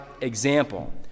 example